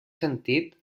sentit